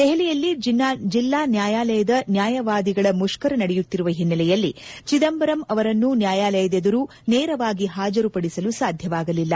ದೆಹಲಿಯಲ್ಲಿ ಜಿಲ್ಲಾ ನ್ಯಾಯಾಲಯದ ನ್ಯಾಯವಾದಿಗಳ ಮುಷ್ಕರ ನಡೆಯುತ್ತಿರುವ ಹಿನ್ನೆಲೆಯಲ್ಲಿ ಚಿದಂಬರಂ ಅವರನ್ನು ನ್ಯಾಯಾಲಯದೆದುರು ನೇರವಾಗಿ ಹಾಜರುಪಡಿಸಲು ಸಾಧ್ಯವಾಗಲಿಲ್ಲ